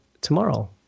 tomorrow